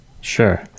Sure